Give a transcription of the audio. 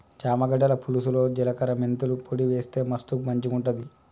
చామ గడ్డల పులుసులో జిలకర మెంతుల పొడి వేస్తె మస్తు మంచిగుంటది